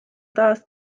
taas